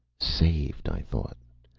saved, i thought.